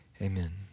Amen